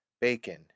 bacon